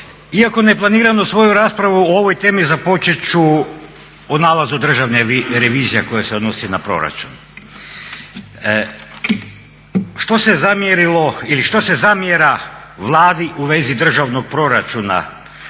Iako neplanirano svoju raspravu o ovoj temi započet ću o nalazu Državne revizije koja se odnosi na proračun. Što se zamjerilo ili što se zamjera Vladi u vezi državnog proračuna?